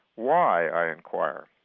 why? i inquire.